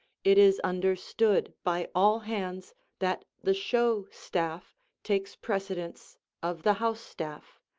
it is understood by all hands that the show staff takes precedence of the house staff,